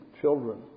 children